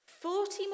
Forty